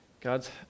God's